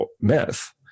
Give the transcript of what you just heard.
myth